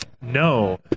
No